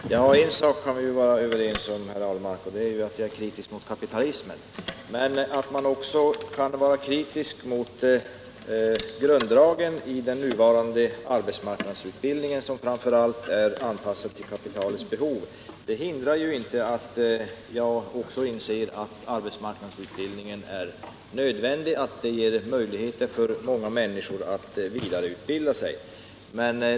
Herr talman! En sak kan vi vara överens om, herr Ahlmark, och det är att jag är kritisk mot kapitalismen. Men att jag också kan vara kritisk mot grunddragen i den nuvarande arbetsmarknadsutbildningen, som framför allt är anpassad till kapitalets behov, hindrar ju inte att jag också inser att arbetsmarknadsutbildningen är nödvändig och att den ger möjligheter för många människor att vidareutbilda sig.